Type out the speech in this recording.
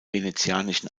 venezianischen